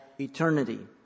eternity